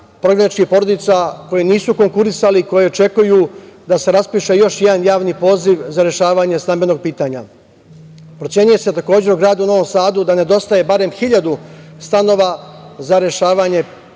prognaničkih porodica koji nisu konkurisali i koji očekuju da se raspiše još jedan javni poziv za rešavanje stambenog pitanja. Procenjuje se, takođe, da gradu Novom Sadu nedostaje barem 1.000 stanova za rešavanje stambenog